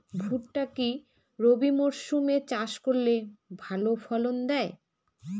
ভুট্টা কি রবি মরসুম এ চাষ করলে ভালো ফলন দেয়?